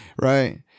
Right